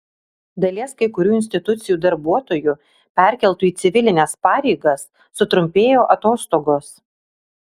dalies kai kurių institucijų darbuotojų perkeltų į civilines pareigas sutrumpėjo atostogos